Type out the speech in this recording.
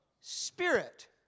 Spirit